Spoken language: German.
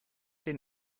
den